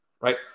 right